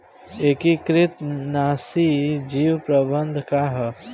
एकीकृत नाशी जीव प्रबंधन का ह?